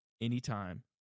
anytime